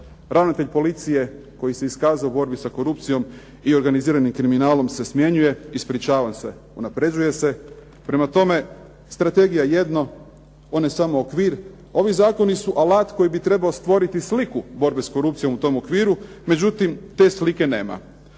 Ravnatelj policije koji se iskazao u borbi sa korupcijom i organiziranim kriminalom se smjenjuje, ispričavam se, unapređuje se. Prema tome, strategija jedno, on je samo okvir. Ovi zakoni su alat koji bi trebao stvoriti sliku borbe s korupcijom u tom okviru, međutim te slike nema.